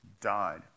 died